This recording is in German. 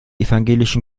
evangelischen